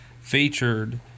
featured